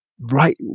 right